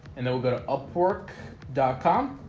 and then we'll go to up port um